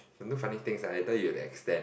don't do funny things lah later you have to extend